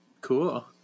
Cool